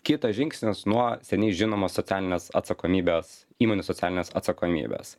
kitas žingsnis nuo seniai žinomos socialinės atsakomybės įmonių socialinės atsakomybės